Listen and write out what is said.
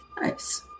nice